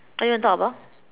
what you want to talk about